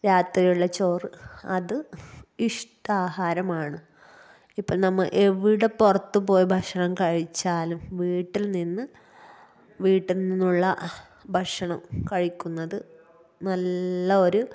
രാത്രിയിള്ള ചോറ് അത് ഇഷ്ടാഹാരമാണ് ഇപ്പം നമ്മൾ എവിടെ പുറത്ത് പോയി ഭക്ഷണം കഴിച്ചാലും വീട്ടില്നിന്ന് വീട്ടില്നിന്നുള്ള ഭക്ഷണം കഴിക്കുന്നത് നല്ല ഒരു